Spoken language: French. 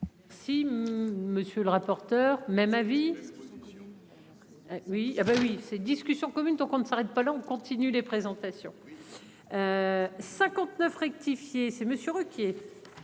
Si. Monsieur le rapporteur. Même avis. Oui ah ben oui ces discussions commune tant qu'on ne s'arrête pas là, on continue les présentations. 59 rectifié c'est Monsieur Ruquier.